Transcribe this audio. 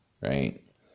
right